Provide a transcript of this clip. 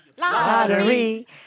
Lottery